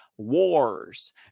Wars